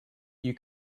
you